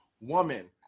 woman